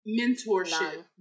mentorship